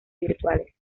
virtuales